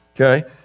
okay